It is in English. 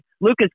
Lucas